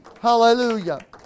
Hallelujah